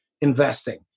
investing